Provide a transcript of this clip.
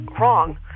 wrong